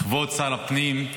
כבוד שר הפנים,